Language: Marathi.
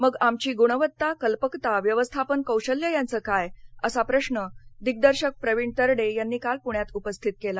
मग आमची गृणवत्ता कल्पकता व्यवस्थापन कौशल्य याचे काय असा प्रश्न दिग्दर्शक प्रवीण तरडे यांनी काल पृण्यात उपस्थित केला